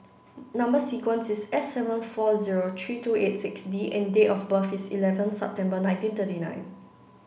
number sequence is S seven four zero three two eight six D and date of birth is eleven September nineteen thirty nine